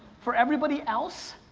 for everybody else,